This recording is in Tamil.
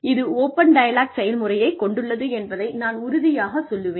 இது ஓபன் டயலாக் செயல்முறையைக் கொண்டுள்ளது என்பதை நான் உறுதியாகச் சொல்லுவேன்